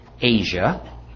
Asia